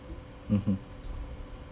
mmhmm